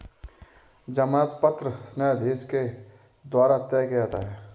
जमानत पत्र न्यायाधीश के द्वारा तय किया जाता है